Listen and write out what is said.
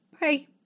Bye